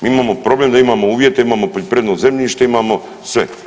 Mi imamo problem, da imamo uvjete, imamo poljoprivredno zemljište, imamo sve.